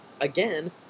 again